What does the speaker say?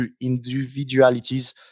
individualities